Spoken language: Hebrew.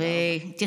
תודה רבה.